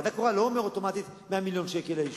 ועדה קרואה לא אומר אוטומטית 100 מיליון שקל ליישוב.